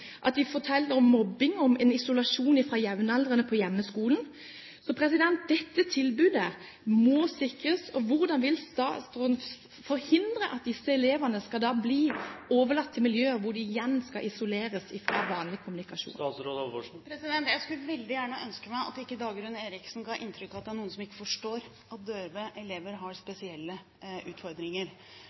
de forteller om mobbing og en isolasjon fra jevnaldrende på hjemmeskolen. Dette tilbudet må sikres. Hvordan vil statsråden forhindre at disse elevene skal bli overlatt til miljøer hvor de igjen skal isoleres fra vanlig kommunikasjon? Jeg skulle veldig gjerne ønske at ikke Dagrun Eriksen ga inntrykk av at det er noen som ikke forstår at døve elever har spesielle utfordringer.